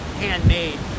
handmade